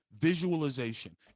Visualization